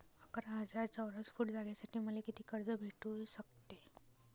अकरा हजार चौरस फुट जागेसाठी मले कितीक कर्ज भेटू शकते?